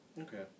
okay